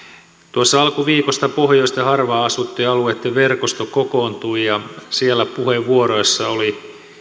tuossa alkuviikosta pohjoisten ja harvaan asuttujen alueitten verkosto kokoontui ja siellä puheenvuoroissa oli